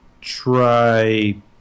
try